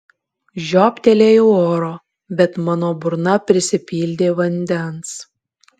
žiobtelėjau oro bet mano burna prisipildė vandens